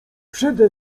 przede